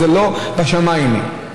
לא בשמיים היא.